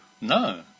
No